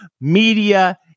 media